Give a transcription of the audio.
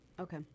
Okay